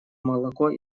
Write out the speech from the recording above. молоко